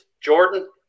Jordan